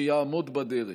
שיעמוד בדרך.